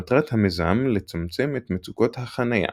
מטרת המיזם לצמצם את מצוקות החניה.